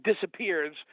disappears